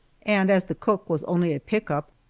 and as the cook was only a pick-up,